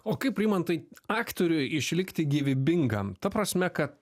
o kaip rimantai aktoriui išlikti gyvybingam ta prasme kad